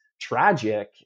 tragic